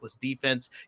defense